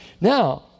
Now